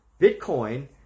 Bitcoin